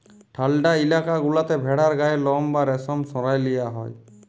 ঠাল্ডা ইলাকা গুলাতে ভেড়ার গায়ের লম বা রেশম সরাঁয় লিয়া হ্যয়